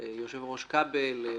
ליושב-ראש כבל,